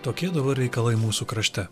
tokie dabar reikalai mūsų krašte